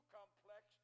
complex